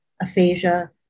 aphasia